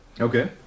Okay